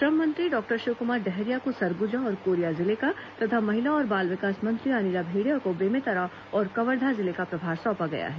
श्रम मंत्री डॉक्टर शिवकुमार डहरिया को सरगुजा और कोरिया जिले का तथा महिला और बाल विकास मंत्री अनिला भेड़िया को बेमेतरा और कवर्धा जिले का प्रभार सौंपा गया है